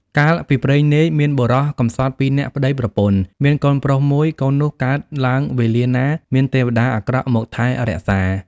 កាលពីព្រេងនាយ មានមនុស្សកំសត់ពីរនាក់ប្តីប្រពន្ធ មានកូនប្រុសមួយ កូននោះកើតឡើងវេលាណា មានទេវតាអាក្រក់មកថែរក្សា ។